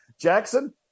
Jackson